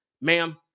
ma'am